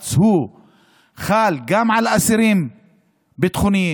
הבג"ץ חל גם על אסירים ביטחוניים,